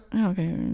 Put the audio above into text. Okay